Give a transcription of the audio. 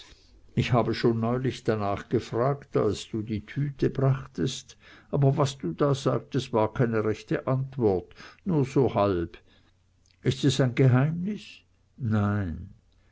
ich habe schon neulich danach gefragt als du die tüte brachtest aber was du da sagtest war keine rechte antwort nur so halb ist es ein geheimnis nein